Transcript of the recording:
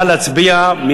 נא להצביע.